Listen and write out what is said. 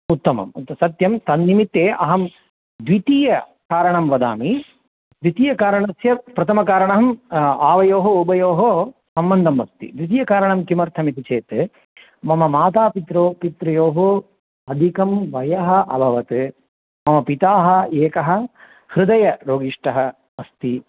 उत्तमं तत् सत्यं तन्निमित्ते अहं द्वितीयकारणं वदामि द्वितीयकारणस्य प्रथमकारणमहम् आवयोः उभयोः सम्बन्धम् अस्ति द्वितीयकारणं किमर्थमिति चेत् मम मातापित्रोः पित्र्योः अधिकं वयः अभवत् मम पिता एकः हृदयरोगिष्टः अस्ति